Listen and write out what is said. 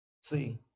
See